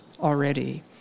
already